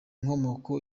nkomoko